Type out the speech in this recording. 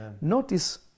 Notice